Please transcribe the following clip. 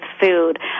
food